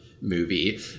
movie